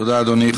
תודה, אדוני.